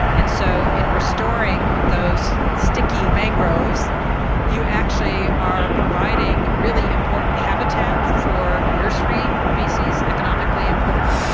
and so in restoring those stinky mangroves you actually are providing really important habitat for nursery species, economically important.